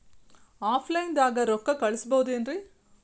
Offline ದಾಗ ರೊಕ್ಕ ಕಳಸಬಹುದೇನ್ರಿ?